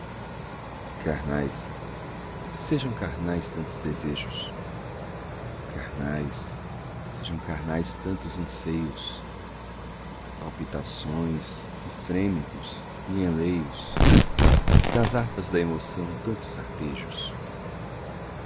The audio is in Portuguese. carnais sejam carnais tantos desejos carnais sejam carnais tantos anseios palpitações e frêmitos e enleios das harpas da emoção tantos arpejos